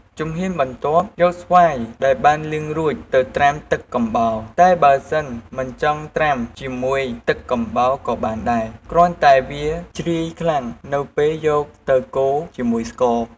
ជំហានបន្ទាប់ យកស្វាយដែលបានលាងរួចទៅត្រាំទឹកកំបោរ តែបើសិនមិនចង់ត្រាំជាមួយទឹកកំបោរក៏បានដែរ គ្រាន់តែវាជ្រាយខ្លាំងនៅពេលយកទៅកូរជាមួយស្ករ។